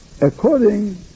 according